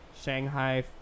Shanghai